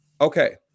Okay